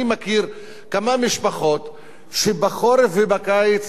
אני מכיר כמה משפחות שבחורף ובקיץ